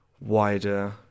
wider